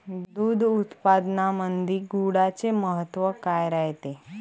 दूध उत्पादनामंदी गुळाचे महत्व काय रायते?